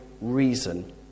reason